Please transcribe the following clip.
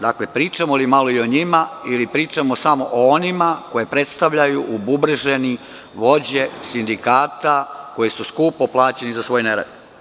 Dakle, pričamo li malo o njima ili pričamo samo o onima koje predstavljaju ububrežene vođe sindikata koji su skupo plaćeni za svoj nerad?